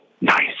nice